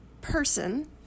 person